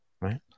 right